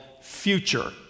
Future